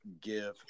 give